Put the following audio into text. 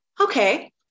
okay